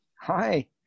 Hi